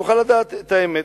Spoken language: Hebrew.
נוכל לדעת את האמת.